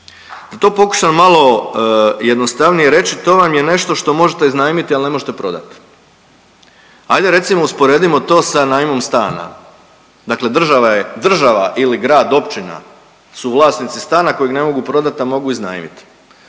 Da to pokušam malo jednostavnije reći to vam je nešto što možete iznajmiti, ali ne možete prodat. Ajde recimo usporedimo to sa najmom stana. Dakle, država je država ili grad, općina su vlasnici stana kojeg ne mogu prodati, a mogu iznajmit.